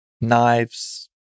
knives